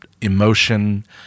emotion